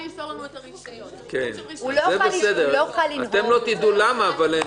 אתם לא תדעו למה.